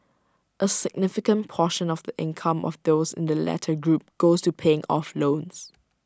A significant portion of the income of those in the latter group goes to paying off loans